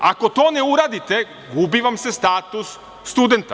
Ako to ne uradite, gubi vam se status studenta.